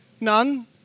None